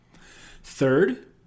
Third